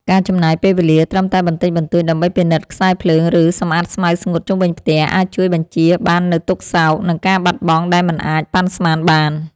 ការចំណាយពេលវេលាត្រឹមតែបន្តិចបន្តួចដើម្បីពិនិត្យខ្សែភ្លើង ឬសម្អាតស្មៅស្ងួតជុំវិញផ្ទះ អាចជួយបញ្ជៀសបាននូវទុក្ខសោក និងការបាត់បង់ដែលមិនអាចប៉ាន់ស្មានបាន។